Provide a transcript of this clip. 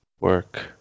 work